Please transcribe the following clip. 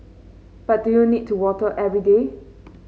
but do you need to water every day